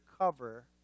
cover